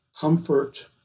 comfort